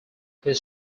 his